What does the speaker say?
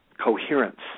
coherence